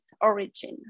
origin